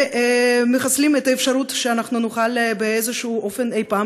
ומחסלים את האפשרות שאנחנו נוכל באיזשהו אופן אי-פעם